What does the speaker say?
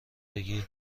بگیر